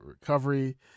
recovery